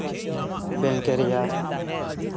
ᱵᱮᱝᱠᱮ ᱨᱮᱭᱟᱜ